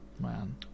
man